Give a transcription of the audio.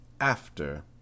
After